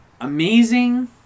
Amazing